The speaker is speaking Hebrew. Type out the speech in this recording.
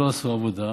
לא עשו עבודה,